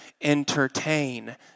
entertain